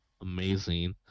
amazing